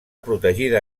protegida